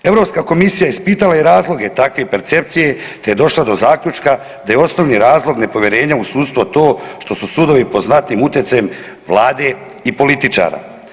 Europska komisija ispitala je i razloge takve percepcije, te je došla do zaključka da je osnovni razlog nepovjerenja u sudstvo to što su sudovi pod znatnim utjecajem Vlade i političara.